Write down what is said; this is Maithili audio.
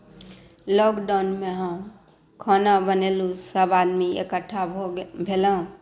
लोकडाउनमे हम खाना बनेलहुँ सभ आदमी एकट्ठा भेलहुँ